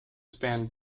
span